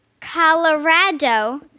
Colorado